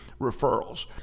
referrals